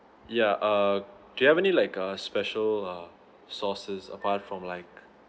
yeah uh do you have any like uh special uh sauces apart from like